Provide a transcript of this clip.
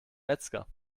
metzger